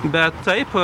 bet taip